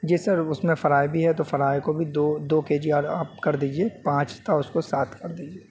جی sir اس میں fry بھی ہے تو فرائی کو بھی دو دو کے جی اور آپ کر دیجیے پانچ تھا اس کو سات کر دیجیے